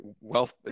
wealth